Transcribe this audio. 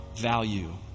value